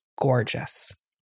gorgeous